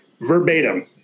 verbatim